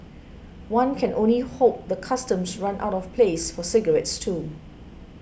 one can only hope the Customs runs out of place for cigarettes too